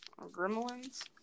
Gremlins